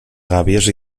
gàbies